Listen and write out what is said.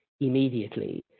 immediately